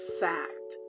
fact